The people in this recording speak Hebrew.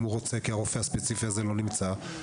הוא רוצה כי הרופא הספציפי הזה לא נמצא.